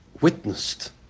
witnessed